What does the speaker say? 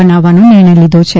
બનાવવાનો નિર્ણય લીધો છે